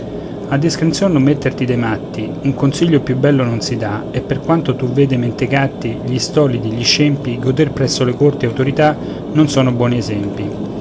a discrezion non metterti dei matti un consiglio più bello non si dà e per quanto tu veda i mentecatti gli stolidi gli scempi goder presso le corti autorità non sono buoni esempi